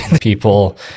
people